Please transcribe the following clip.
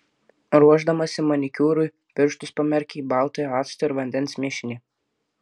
ruošdamasi manikiūrui pirštus pamerk į baltojo acto ir vandens mišinį